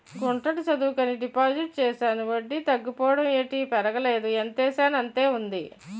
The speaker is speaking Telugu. గుంటడి చదువుకని డిపాజిట్ చేశాను వడ్డీ తగ్గిపోవడం ఏటి పెరగలేదు ఎంతేసానంతే ఉంది